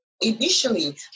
initially